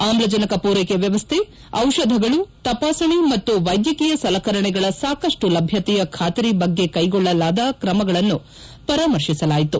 ಆಮ್ಲಜನಕ ಪೂರೈಕೆ ವ್ವವಸ್ಥೆ ದಿಷಧಗಳು ತಪಾಸಣೆ ಮತ್ತು ವೈದ್ಯಕೀಯ ಸಲಕರಣೆಗಳ ಸಾಕಷ್ಟು ಲಭ್ಯತೆಯ ಖಾತರಿ ಬಗ್ಗೆ ಕೈಗೊಳ್ಳಬೇಕಾದ ಕ್ರಮಗಳನ್ನು ಪರಾಮರ್ತಿಸಲಾಯಿತು